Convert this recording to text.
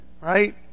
right